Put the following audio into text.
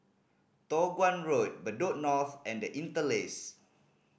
Toh Guan Road Bedok North and The Interlace